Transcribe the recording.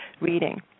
reading